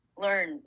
learn